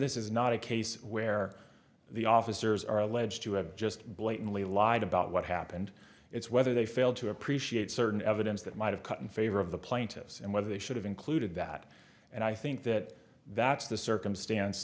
this is not a case where the officers are alleged to have just blatantly lied about what happened it's whether they failed to appreciate certain evidence that might have cut in favor of the plaintiffs and whether they should have included that and i think that that's the circumstance